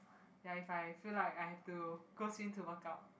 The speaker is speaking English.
ya if I feel like I have to go swim to work out